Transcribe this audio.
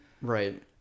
Right